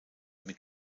mit